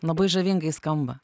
labai žavingai skamba